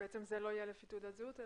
בעצם זה לא יהיה לפי תעודת זהות,